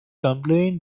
complete